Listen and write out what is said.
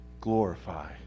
glorify